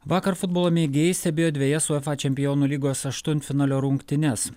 vakar futbolo mėgėjai stebėjo dvejas uefa čempionų lygos aštuntfinalio rungtynes